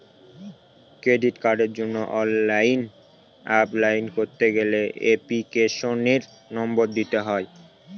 credit কার্ডের জন্য online apply করতে গেলে এপ্লিকেশনের নম্বর দিতে হয়